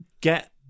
get